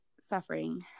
suffering